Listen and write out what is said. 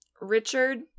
Richard